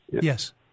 Yes